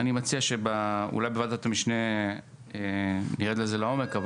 אני מציע אולי שבוועדת המשנה נרד לעומק של זה.